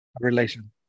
relation